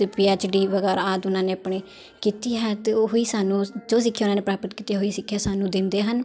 ਅਤੇ P H D ਵਗੈਰਾ ਆਦਿ ਉਹਨਾਂ ਨੇ ਆਪਣੇ ਕੀਤੀ ਹੈ ਅਤੇ ਉਹੀ ਸਾਨੂੰ ਜੋ ਸਿੱਖਿਆ ਉਹਨਾਂ ਨੇ ਪ੍ਰਾਪਤ ਕੀਤੀ ਹੈ ਉਹੀ ਸਿੱਖਿਆ ਸਾਨੂੰ ਦਿੰਦੇ ਹਨ